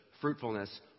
fruitfulness